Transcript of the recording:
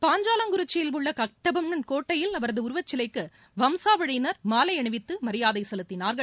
பாஞ்சாலஞ்குறிச்சியில் உள்ள கட்டபொம்மன் கோட்டையில் அவரது உருவச்சிலைக்கு வம்சாவழியினர் மாலை அணிவித்து மரியாதை செலுத்தினார்கள்